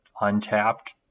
untapped